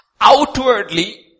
Outwardly